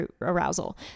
arousal